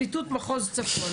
אני עורך דין עודד קם,